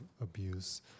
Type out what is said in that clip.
abuse